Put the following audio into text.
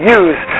use